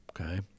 Okay